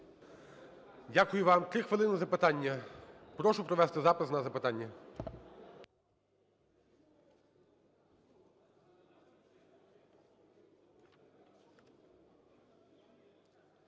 Дякую вам. 3 хвилини запитання. Прошу провести запис на запитання.